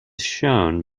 shown